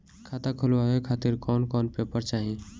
खाता खुलवाए खातिर कौन कौन पेपर चाहीं?